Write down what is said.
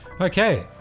Okay